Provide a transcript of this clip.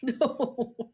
No